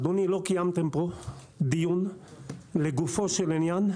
אדוני, לא קיימתם פה דיון לגופו של ענין,